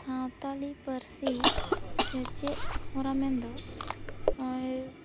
ᱥᱟᱱᱛᱟᱲᱤ ᱯᱟᱹᱨᱥᱤ ᱥᱮᱪᱮᱫ ᱦᱚᱨᱟ ᱢᱮᱱ ᱫᱚ ᱱᱚᱜᱼᱚᱭ